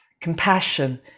compassion